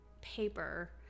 paper